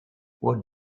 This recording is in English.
what